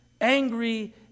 angry